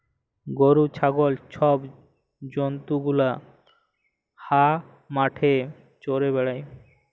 গরু, ছাগল ছব জল্তু গুলা হাঁ মাঠে চ্যরে বেড়ায়